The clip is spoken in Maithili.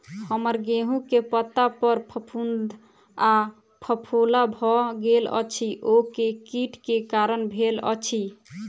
हम्मर गेंहूँ केँ पत्ता पर फफूंद आ फफोला भऽ गेल अछि, ओ केँ कीट केँ कारण भेल अछि?